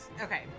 Okay